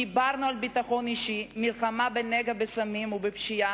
דיברנו על ביטחון אישי, מלחמה בנגע הסמים ובפשיעה,